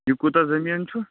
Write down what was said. یہِ کوٗتاہ زٔمیٖن چھُ